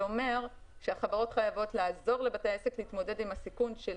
שאומר שהחברות חייבות לעזור לבתי העסק להתמודד עם הסיכון של